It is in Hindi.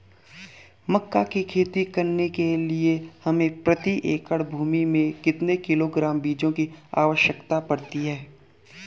मक्का की खेती करने के लिए हमें प्रति एकड़ भूमि में कितने किलोग्राम बीजों की आवश्यकता पड़ती है?